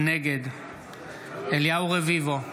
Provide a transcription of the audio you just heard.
נגד אליהו רביבו,